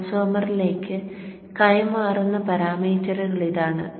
ട്രാൻസ്ഫോർമറിലേക്ക് കൈമാറുന്ന പാരാമീറ്ററുകൾ ഇതാണ്